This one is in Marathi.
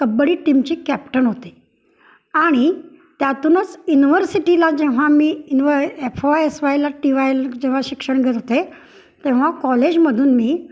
कबड्डी टीमची कॅप्टन होते आणि त्यातूनच इनवर्सिटीला जेव्हा मी इनव एफ वाय एस वायला टी वायला जेव्हा शिक्षण घेत होते तेव्हा कॉलेजमधून मी